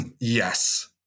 Yes